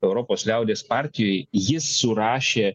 europos liaudies partijoj jis surašė